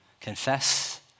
confess